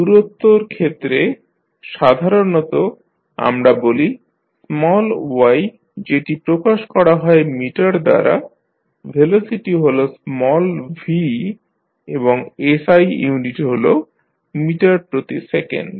দুরত্বর ক্ষেত্রে সাধারণত আমরা বলি স্মল y যেটি প্রকাশ করা হয় মিটার দ্বারা ভেলোসিটি হল স্মল v এবং SI unit হল মিটার প্রতি সেকেন্ড